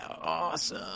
awesome